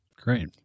Great